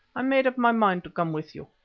i made up my mind to come with you.